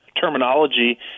terminology